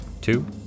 Two